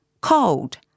cold